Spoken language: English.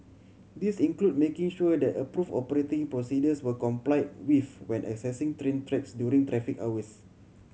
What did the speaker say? these include making sure that approved operating procedures were complied when accessing train tracks during traffic hours